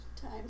time